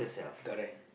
correct